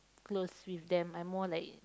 close with them I more like